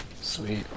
Sweet